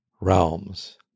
realms